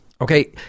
Okay